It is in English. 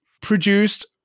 produced